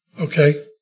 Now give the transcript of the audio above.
okay